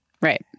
Right